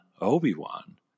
Obi-Wan